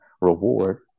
reward